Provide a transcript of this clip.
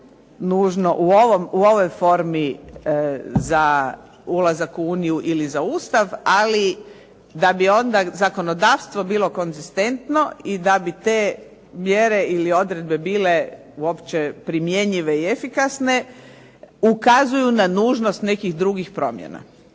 u ovoj formi za ulazak u Uniju ili za Ustav. Ali onda da bi zakonodavstvo bilo konzistentno i da bi te mjere i odredbe bile uopće primjenjive i efikasne, ukazuju na nužnost nekih drugih promjena.